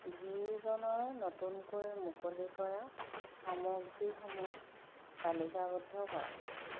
V জ'নৰ নতুনকৈ মুকলি কৰা সামগ্ৰীসমূহ তালিকাবদ্ধ কৰা